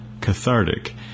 cathartic